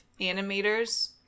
animators